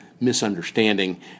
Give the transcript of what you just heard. misunderstanding